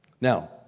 Now